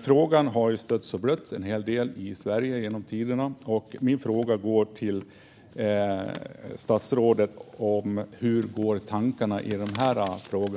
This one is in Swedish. Frågan har stötts och blötts i Sverige genom tiderna. Hur går statsrådets tankar i denna fråga?